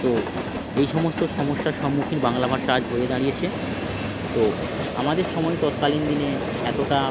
তো এই সমস্ত সমস্যার সম্মুখীন বাংলা ভাষা আজ হয়ে দাঁড়িয়েছে তো আমাদের সময় তৎকালীন দিনে এতোটা